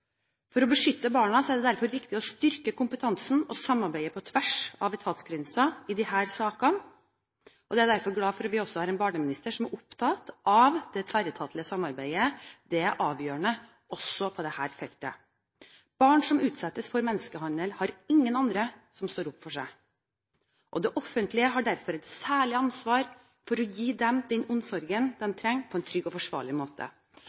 For å beskytte barna er det derfor viktig å styrke kompetansen og samarbeidet på tvers av etatsgrensene i disse sakene. Jeg er derfor glad for at vi har en barneminister som er opptatt av det tverretatlige samarbeidet; det er avgjørende også på dette feltet. Barn som utsettes for menneskehandel, har ingen andre som står opp for seg. Det offentlige har derfor et særlig ansvar for å gi dem den omsorgen de trenger på en trygg og forsvarlig måte.